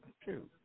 true